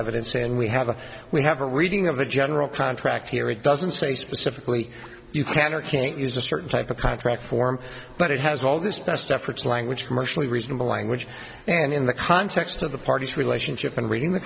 evidence and we have a we have a reading of a general contract here it doesn't say specifically you can or can't use a certain type of contract form but it has all this best efforts language commercially reasonable language and in the context of the party's relationship and reading the